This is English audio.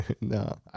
no